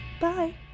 Bye